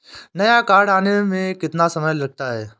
नया कार्ड आने में कितना समय लगता है?